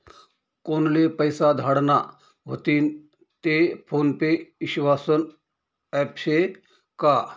कोनले पैसा धाडना व्हतीन ते फोन पे ईस्वासनं ॲप शे का?